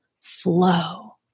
flow